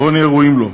בואו נהיה ראויים לו,